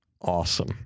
awesome